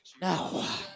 Now